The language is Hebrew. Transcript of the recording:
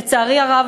לצערי הרב,